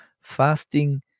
fasting